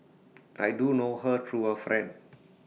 I do know her through A friend